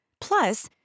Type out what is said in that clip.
plus